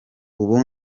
ubu